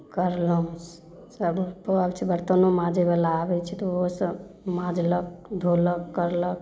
कयलहुँ सभ बर्तनो माजैवला आबै छै तऽ ओहोसँ मँजलक धोलक कयलक